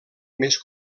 més